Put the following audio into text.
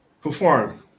perform